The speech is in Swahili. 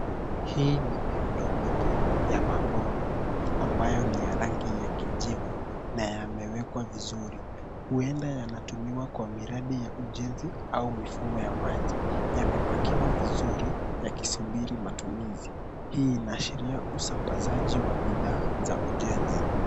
Hii ni mirundo mingi ya mabomba ambayo ni ya rangi ya kijivu na yamewekwa vizuri. Huenda yanatumiwa kwa miradi ya ujenzi au mifumo ya maji. Yamepakiwa vizuri yakisubiri matumizi. Hii inaashiria usambazaji wa bidhaa za ujenzi.